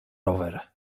rower